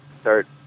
start